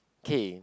K